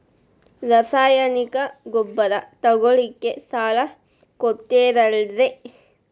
ರಾಸಾಯನಿಕ ಗೊಬ್ಬರ ತಗೊಳ್ಳಿಕ್ಕೆ ಸಾಲ ಕೊಡ್ತೇರಲ್ರೇ?